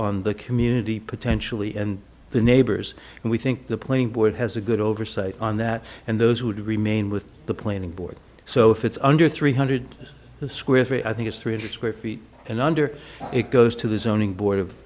on the community potentially and the neighbors and we think the playing board has a good oversight on that and those would remain with the planning board so if it's under three hundred square feet i think it's three hundred square feet and under it goes to the zoning board of